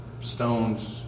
stoned